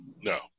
No